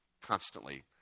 constantly